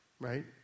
right